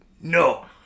No